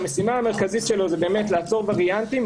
המשימה המרכזית שלו היא לעצור וריאנטים,